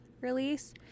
release